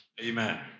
Amen